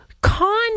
con